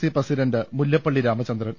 C president Mullappally Ramachandran